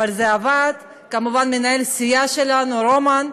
אבל זה עבד, כמובן, למנהל הסיעה שלנו, רומן,